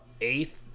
eighth